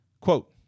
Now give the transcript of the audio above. Quote